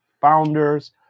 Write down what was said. founders